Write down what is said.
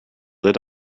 lit